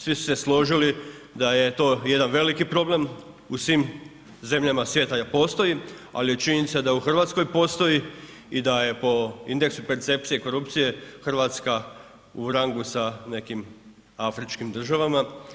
Svi su se složili da je to jedan veliki problem u svim zemljama svijeta jer postoji, al je činjenica da u Hrvatskoj postoji da je po indeksu percepcije korupcije Hrvatska u rangu sa nekim Afričkim državama.